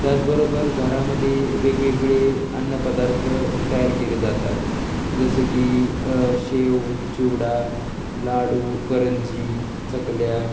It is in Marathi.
त्याचबरोबर घरामध्ये वेगवेगळे अन्नपदार्थ तयार केले जातात जसं की शेव चिवडा लाडू करंजी चकल्या